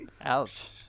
Ouch